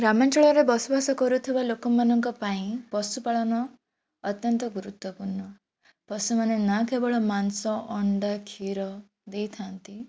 ଗ୍ରାମାଞ୍ଚଳରେ ବସବାସ କରୁଥିବା ଲୋକମାନଙ୍କ ପାଇଁ ପଶୁପାଳନ ଅତ୍ୟନ୍ତ ଗୁରୁତ୍ୱପୂର୍ଣ୍ଣ ପଶୁମାନେ ନା କେବଳ ମାଂସ ଅଣ୍ଡା କ୍ଷୀର ଦେଇଥାନ୍ତି